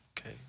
Okay